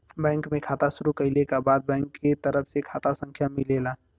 bank में खाता शुरू कइले क बाद बैंक के तरफ से खाता संख्या मिलेला